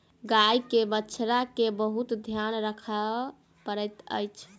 गाय के बछड़ा के बहुत ध्यान राखअ पड़ैत अछि